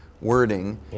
wording